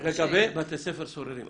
לגבי בתי ספר סוררים.